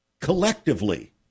collectively